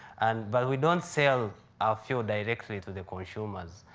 and but we don't sell our fuel directly to the consumers.